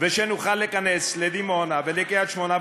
ושנוכל להיכנס לדימונה ולקריית-שמונה.